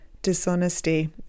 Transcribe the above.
Dishonesty